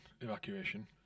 evacuation